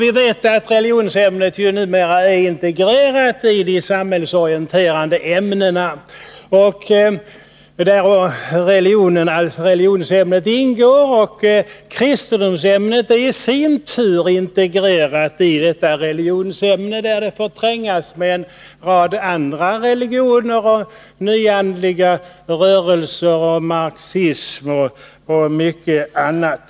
I dag är religionsämnet integrerat i de samhällsorienterande ämnena. Ämnet kristendom är i sin tur integrerat i religionsämnet, där det får trängas med en rad andra religioner och nyandliga rörelser, marxism och mycket annat.